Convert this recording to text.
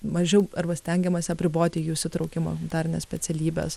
mažiau arba stengiamasi apriboti jų įsitraukimo mtarines specialybes